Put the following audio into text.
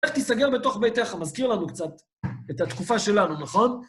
לך תיסגר בתוך ביתך, מזכיר לנו קצת את התקופה שלנו, נכון?